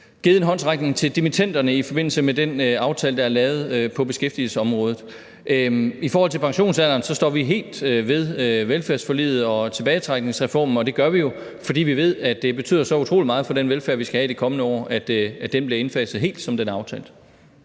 givet en håndsrækning til dimittenderne i forbindelse med den aftale, der er lavet på beskæftigelsesområdet. I forhold til pensionsalderen står vi helt ved velfærdsforliget og tilbagetrækningsreformen, og det gør vi jo, fordi vi ved, at det betyder så utrolig meget for den velfærd, vi skal have de kommende år, at den bliver indfaset helt, som den er aftalt.